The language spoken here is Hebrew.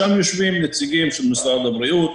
שם יושבים נציגים של משרד הבריאות,